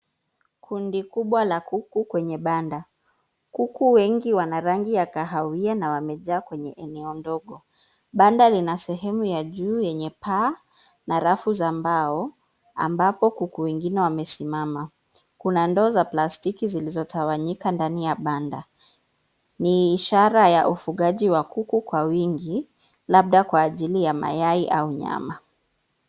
Kundi kubwa la kuku kwenye banda, kuku wengi wana rangi ya kahawia na wamejaa kwenye eneo ndogo, banda lina sehemu ya juu yenye paa na rafu za mbao ambapo kuku wengine wamesimama, kuna ndoo za plastiki zilizotawanyika ndani ya banda ni ishara ya ufugaji wa kuku kwa wingi labda kwa ajili ya mayai au nyama.